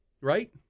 right